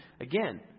again